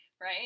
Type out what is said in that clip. Right